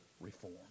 reform